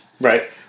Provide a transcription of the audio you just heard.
Right